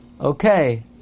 Okay